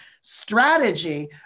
strategy